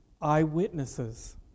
eyewitnesses